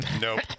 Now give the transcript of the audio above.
Nope